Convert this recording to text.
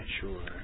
sure